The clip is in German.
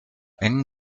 eng